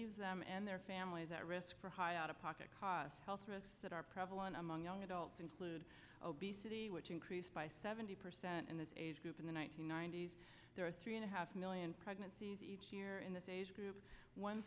ve them and their families at risk for high out of pocket costs health risks that are prevalent among young adults include obesity which increased by seventy percent in the age group in the one nine hundred ninety s there are three and a half million pregnancies each year in this age group one